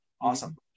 Awesome